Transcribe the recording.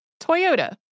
Toyota